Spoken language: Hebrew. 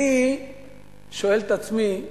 אני שואל את עצמי,